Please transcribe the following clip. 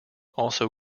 also